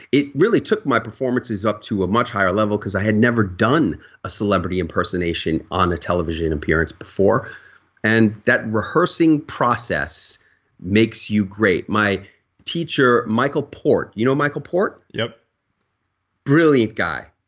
it really took my performances up to a much higher level because i had never done a celebrity impersonation on a television appearance before and that rehearsing process makes you great. my teacher michael port, you know michael port? yup brilliant guy,